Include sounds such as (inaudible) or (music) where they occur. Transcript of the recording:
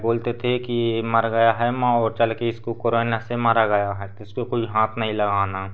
बोलते थे कि मर गया है (unintelligible) चलकर इसको कोरोना से मारा गया है इसको कोई हाथ नहीं लगाना